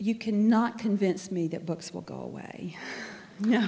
you cannot convince me that books will go away no